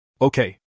Okay